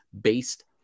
based